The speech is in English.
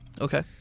Okay